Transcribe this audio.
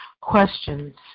questions